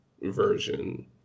version